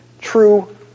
true